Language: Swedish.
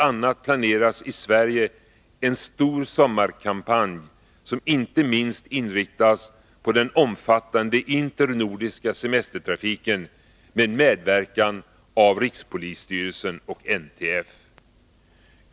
a. planeras i Sverige en stor sommarkampanj, som inriktas inte minst på den omfattande internordiska semestertrafiken, med medverkan av rikspolisstyrelsen och NTF.